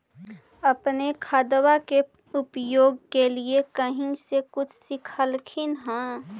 अपने खादबा के उपयोग के लीये कही से कुछ सिखलखिन हाँ?